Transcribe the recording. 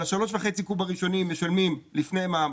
על ה-3.5 קוב הראשונים משלמים לפני מע"מ